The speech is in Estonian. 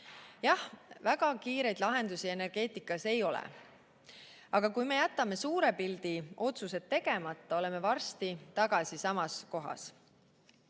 Jah, väga kiireid lahendusi energeetikas ei ole. Aga kui me jätame suure pildi otsused tegemata, oleme varsti tagasi samas